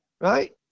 Right